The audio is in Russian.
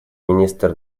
министр